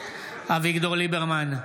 בהצבעה אביגדור ליברמן,